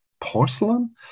porcelain